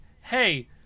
hey